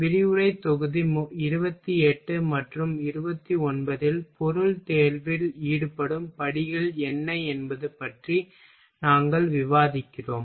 விரிவுரை தொகுதி 28 மற்றும் 29 இல் பொருள் தேர்வில் ஈடுபடும் படிகள் என்ன என்பது பற்றி நாங்கள் விவாதிக்கிறோம்